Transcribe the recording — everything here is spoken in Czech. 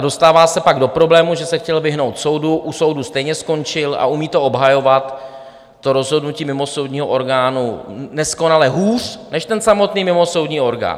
Dostává se pak do problémů, že se chtěl vyhnout soudu, u soudu stejně skončil a umí obhajovat rozhodnutí mimosoudního orgánu neskonale hůř než ten samotný mimosoudní orgán.